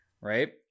Right